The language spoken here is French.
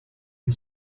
lui